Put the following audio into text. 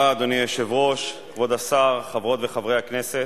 אדוני היושב-ראש, חברי חברי הכנסת,